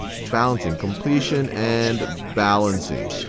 balancing. completion and balancing.